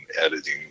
editing